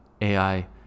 ai